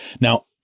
Now